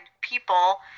people